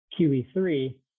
QE3